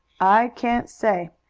i can't say.